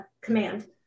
command